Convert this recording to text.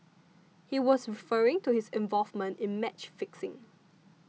he was referring to his involvement in match fixing